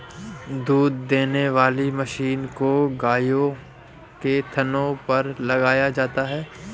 दूध देने वाली मशीन को गायों के थनों पर लगाया जाता है